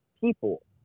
people